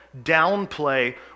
downplay